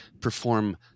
perform